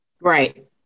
Right